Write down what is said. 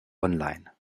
online